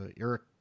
Eric